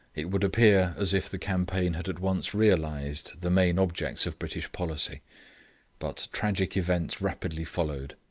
it would appear as if the campaign had at once realised the main objects of british policy but tragic events rapidly followed,